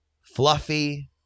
fluffy